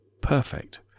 perfect